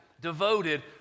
devoted